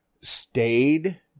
stayed